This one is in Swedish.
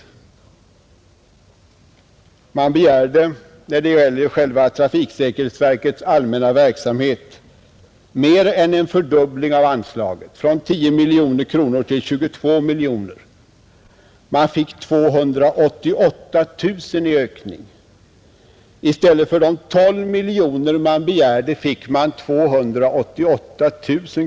Trafiksäkerhetsverket begärde, när det gäller dess allmänna verksamhet, mer än en fördubbling av anslaget — från 10 miljoner kronor till 22 miljoner kronor. Man fick en ökning om 288 000 kronor i stället för de 12 miljoner kronor man begärt.